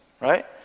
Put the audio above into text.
right